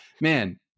man